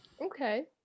Okay